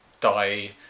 die